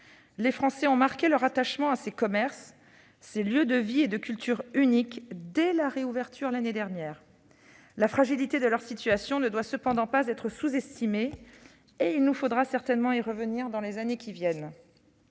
Les Français ont marqué leur attachement à ces commerces, à ces lieux de vie et de culture uniques, dès la réouverture l'année dernière. La fragilité de leur situation ne doit cependant pas être sous-estimée, et il nous faudra certainement y revenir dans les années qui viennent.